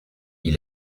ils